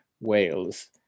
Wales